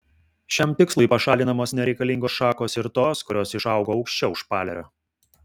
šiam tikslui pašalinamos nereikalingos šakos ir tos kurios išaugo aukščiau špalerio